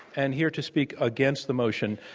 and here to speak against the motion,